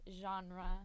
genre